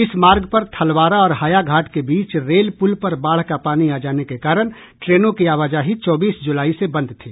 इस मार्ग पर थलवारा और हाया घाट के बीच रेल पुल पर बाढ़ का पानी आ जाने के कारण ट्रेनों की आवाजाही चौबीस जुलाई से बंद थी